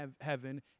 heaven